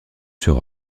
sur